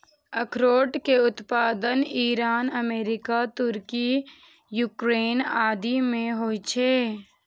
अखरोट के उत्पादन ईरान, अमेरिका, तुर्की, यूक्रेन आदि मे होइ छै